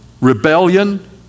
rebellion